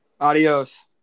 Adios